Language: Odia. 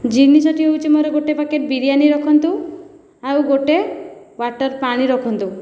ଜିନିଷଟି ହେଉଛି ମୋର ଗୋଟିଏ ପ୍ୟାକେଟ ବିରିୟାନି ରଖନ୍ତୁ ଆଉ ଗୋଟିଏ ୱାଟର ପାଣି ରଖନ୍ତୁ